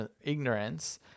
ignorance